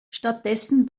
stattdessen